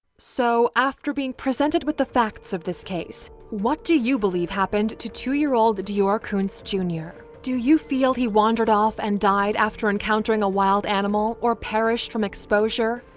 so, after being presented with the facts of this case what do you believe happened to two-year-old deorr kunz jr? do you feel he wandered off and died after encountering a wild animal or perished from exposure?